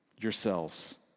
yourselves